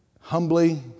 humbly